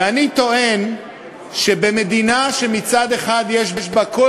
ואני טוען שבמדינה שמצד אחד יש בה כל